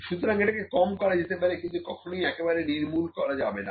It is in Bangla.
সুতরাং এটাকে কম করা যেতে পারে কিন্তু কখনোই একেবারে নির্মূল করা যাবে না